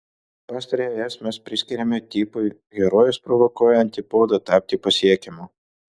pastarąjį es mes priskiriame tipui herojus provokuoja antipodą tapti pasiekiamu